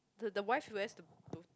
the the wife wears the b~